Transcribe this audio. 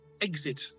exit